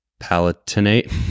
Palatinate